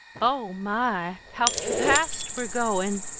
oh, my! how f-fast we're goin'!